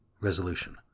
Resolution